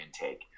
intake